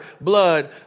blood